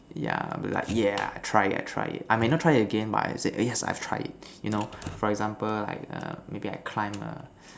yeah like yeah I try it I try it I may not try it again but I said yes I've tried you know for example like err maybe I climb a